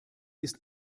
ist